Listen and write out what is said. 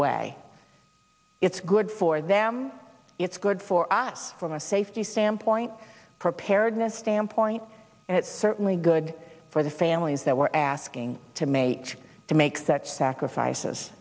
way it's good for them it's good for us from a safety standpoint preparedness standpoint and it's certainly good for the families that we're asking to make to make such sacrifices